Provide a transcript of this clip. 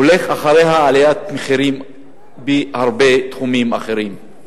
הולכת אחריה עליית מחירים בהרבה תחומים אחרים.